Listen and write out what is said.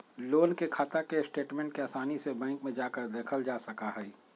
loan के खाता के स्टेटमेन्ट के आसानी से बैंक में जाकर देखल जा सका हई